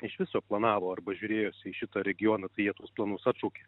iš viso planavo arba žiūrėjosi į šitą regioną tai jie tuos planus atšaukė